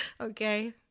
Okay